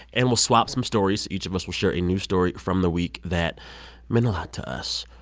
and we'll swap some stories. each of us will share a news story from the week that meant a lot to us.